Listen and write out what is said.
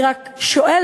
אני רק שואלת: